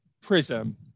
prism